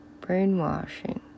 brainwashing